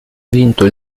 vinto